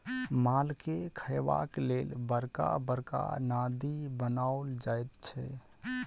मालके खयबाक लेल बड़का बड़का नादि बनाओल जाइत छै